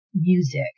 music